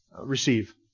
receive